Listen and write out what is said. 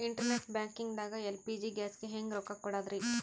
Internet banking ದಾಗ LPG ಗ್ಯಾಸ್ಗೆ ಹೆಂಗ್ ರೊಕ್ಕ ಕೊಡದ್ರಿ?